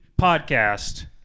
podcast